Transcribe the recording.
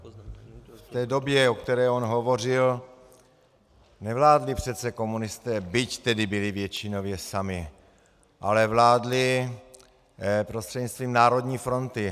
V té době, o které on hovořil, nevládli přece komunisté, byť byli většinoví, sami, ale vládli prostřednictvím Národní fronty.